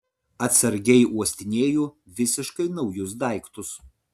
atsargiai uostinėju visiškai naujus daiktus